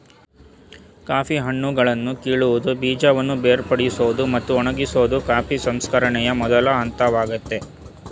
coffee ಹಣ್ಣುಗಳನ್ನು ಕೀಳುವುದು ಬೀಜವನ್ನು ಬೇರ್ಪಡಿಸೋದು ಮತ್ತು ಒಣಗಿಸೋದು ಕಾಫಿ ಸಂಸ್ಕರಣೆಯ ಮೊದಲ ಹಂತವಾಗಯ್ತೆ